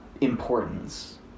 importance